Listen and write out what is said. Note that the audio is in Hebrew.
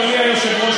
אדוני היושב-ראש,